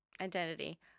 Identity